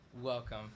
Welcome